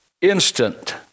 instant